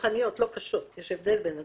לא קשות יש הבדל בין הדברים,